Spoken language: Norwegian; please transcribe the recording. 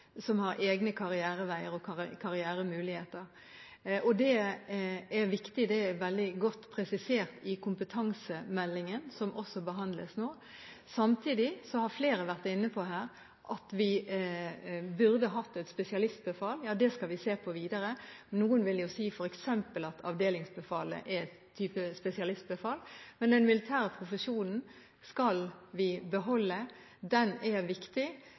som har egne karriereveier og karrieremuligheter. Det er viktig, det er veldig godt presisert i kompetansemeldingen, som også behandles nå. Samtidig har flere vært inne på her at vi burde hatt spesialistbefal. Ja, det skal vi se på videre. Noen vil si f.eks. at avdelingsbefalet er en type spesialistbefal. Men den militære profesjonen skal vi beholde. Den er viktig,